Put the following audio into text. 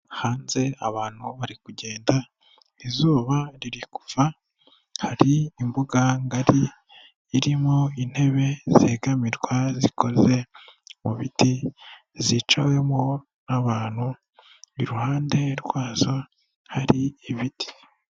Hanze abantu bari kugenda izuba riri kuva hari imbuga ngari irimo intebe zegamirwa zikoze mu biti zicawemo n'abantu iruhande rwazo hari ibiti.